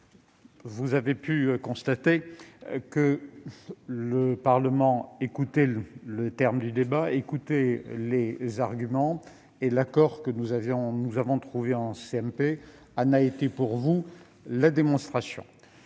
Vous avez pu constater que le Parlement, au terme du débat, écoutait les arguments, et l'accord que nous avons trouvé en CMP en a été pour vous la démonstration.